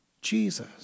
Jesus